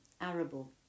Arable